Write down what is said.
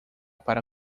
para